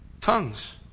tongues